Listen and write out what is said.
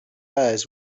eyes